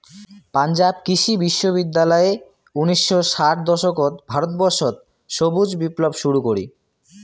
পাঞ্জাব কৃষি বিশ্ববিদ্যালয় উনিশশো ষাট দশকত ভারতবর্ষত সবুজ বিপ্লব শুরু করি